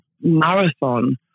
marathon